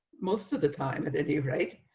most of the time, at any rate,